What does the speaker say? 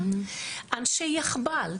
אנשי יחב"ל,